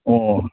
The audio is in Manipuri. ꯑꯣ